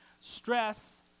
Stress